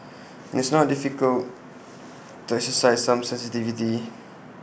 it's not difficult to exercise some sensitivity